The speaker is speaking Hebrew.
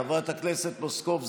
חברת הכנסת פלוסקוב,